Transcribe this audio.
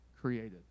created